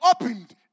opened